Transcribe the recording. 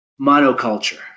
monoculture